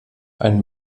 ein